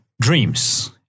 dreams